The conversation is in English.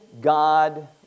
God